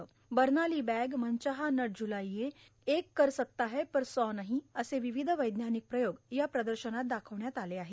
या प्रदर्शनात Bernoulli bag मनचाहा नट झुलाइए एक कर सकता है पर सौ नही असे विविध वैज्ञानिक प्रयोग या प्रदर्शनात दाखवण्यात आले आहेत